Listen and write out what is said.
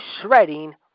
shredding